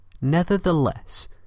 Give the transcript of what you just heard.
nevertheless